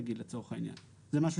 לצורך העניין זה משהו